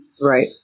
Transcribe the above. Right